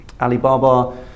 Alibaba